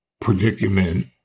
predicament